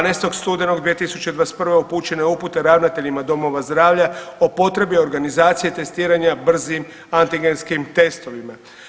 12. studenog 2021. upućene upute ravnateljima domova zdravlja o potrebi organizacije testiranja brzim antigenskim testovima.